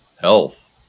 Health